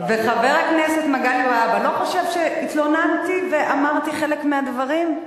וחבר הכנסת מגלי והבה לא חושב שהתלוננתי ואמרתי חלק מהדברים?